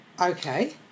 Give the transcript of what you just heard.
Okay